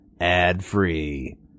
ad-free